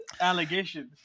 allegations